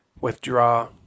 withdraw